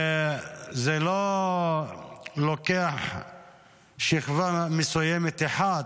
זה לא לוקח שכבה מסוימת אחת,